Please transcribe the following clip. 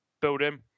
building